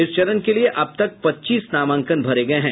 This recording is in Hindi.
इस चरण के लिए अब तक पच्चीस नामांकन भरे गये हैं